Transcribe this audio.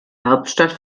hauptstadt